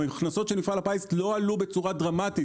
ההכנסות של מפעל הפיס לא עלו בצורה דרמטית,